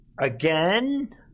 again